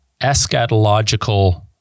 eschatological